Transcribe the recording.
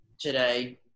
today